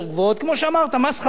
כמו שאמרת, מס חברות